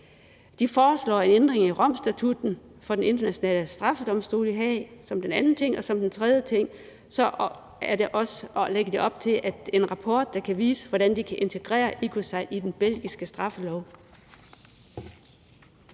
De foreslår en ændring i Romstatutten for Den Internationale Straffedomstol i Haag som den anden ting. Og som den tredje ting lægger de op til en rapport, der kan vise, hvordan man kan integrere ecocide i den belgiske straffelov.